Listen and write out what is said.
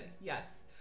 yes